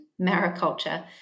mariculture